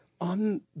On